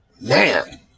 Man